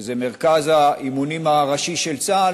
שזה מרכז האימונים הראשי של צה"ל,